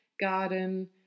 garden